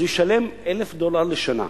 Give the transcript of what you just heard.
אז הוא ישלם 1,000 דולר לשנה,